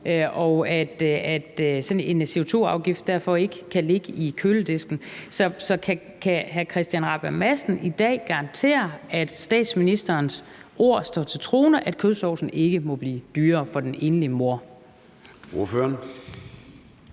sådan en CO2-afgift derfor ikke kan ligge i køledisken. Så kan hr. Christian Rabjerg Madsen i dag garantere, at statsministerens ord står til troende, i forhold til at kødsovsen ikke må blive dyrere for den enlige mor?